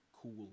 cool